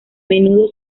menudo